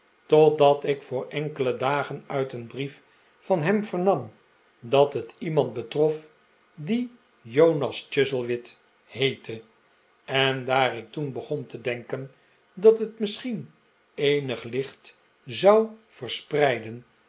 totdat ik voor enkele dagen uit een brief van hem vernani dat het iemand betrof die jonas chuzzlewit heette en daar ik toen begon te denken dat het misschien eenig licht zou verspreiden